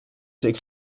six